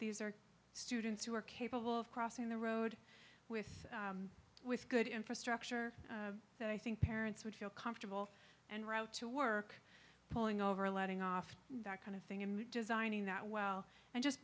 these are students who are capable of crossing the road with with good infrastructure that i think parents would feel comfortable and route to work pulling over letting off that kind of thing in designing that well and just